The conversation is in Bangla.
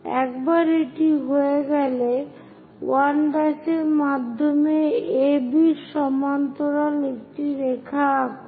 একবার এটি হয়ে গেলে 1' এর মাধ্যমে AB এর সমান্তরাল একটি রেখা আঁকুন